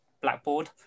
Blackboard